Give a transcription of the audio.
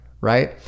right